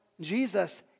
Jesus